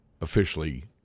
officially